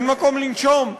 אין מקום לנשום.